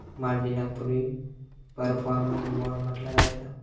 मार्जिनाक पूर्वी performance bond म्हटला जायचा